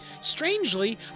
Strangely